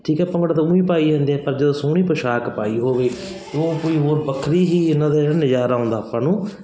ਠੀਕ ਹੈ ਭੰਗੜਾ ਤਾਂ ਉਹ ਵੀ ਪਾਈ ਜਾਂਦੇ ਆ ਪਰ ਜਦੋਂ ਸੋਹਣੀ ਪੁਸ਼ਾਕ ਪਾਈ ਹੋਵੇ ਉਹ ਕੋਈ ਹੋਰ ਵੱਖਰੀ ਹੀ ਇਹਨਾਂ ਦੇ ਨਜ਼ਾਰਾ ਆਉਂਦਾ ਆਪਾਂ ਨੂੰ